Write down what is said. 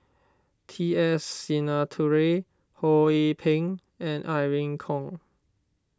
T S Sinnathuray Ho Yee Ping and Irene Khong